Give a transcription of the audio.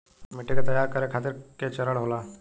मिट्टी के तैयार करें खातिर के चरण होला?